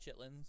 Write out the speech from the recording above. chitlins